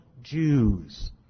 Jews